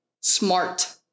smart